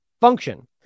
Function